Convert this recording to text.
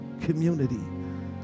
Community